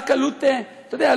רק עלות האלכוהול,